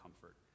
comfort